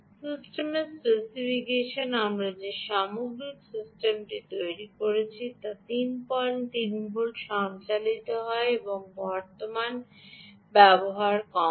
সিস্টেমের স্পেসিফিকেশন আমরা যে সামগ্রিক সিস্টেমটি তৈরি করেছি তা 33 ভোল্টে সঞ্চালিত হয় এবং বর্তমান ব্যবহার কম হয়